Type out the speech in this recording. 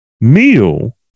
meal